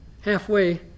Halfway